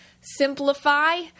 simplify